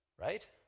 right